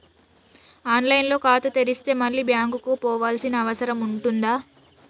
On line లో ఖాతా తెరిస్తే మళ్ళీ బ్యాంకుకు పోవాల్సిన అవసరం ఉంటుందా?